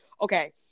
okay